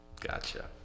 Gotcha